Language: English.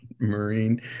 Marine